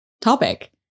topic